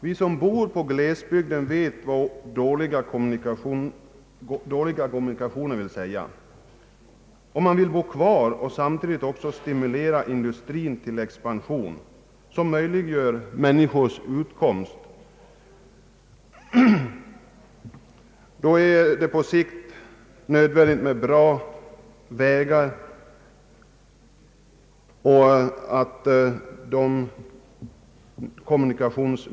Vi som bor i glesbygden vet vad dåliga kommunikationer vill säga. Om man vill bo kvar och samtidigt stimulera industrin till en expansion som möjliggör människors utkomst, är det på sikt nödvändigt med bra vägar.